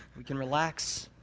we can relax,